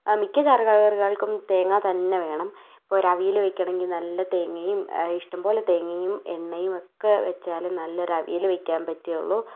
ആ മിക്ക ചാറ് കറികൾക്കും തേങ്ങ തന്നെ വേണം ഇപ്പോൾ ഒരവിയൽ വെയ്ക്കണമെങ്കിൽ നല്ല തേങ്ങയും ഇഷ്ടം പോലെ തേങ്ങയും എണ്ണയും ഒക്കെ വെച്ചാലെ നല്ല ഒരവിയൽ വെക്കാൻ പറ്റുകയുള്ളൂ